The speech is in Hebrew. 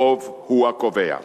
הרוב הוא הקובע.